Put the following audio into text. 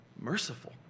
merciful